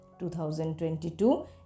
2022